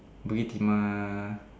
Bukit-Timah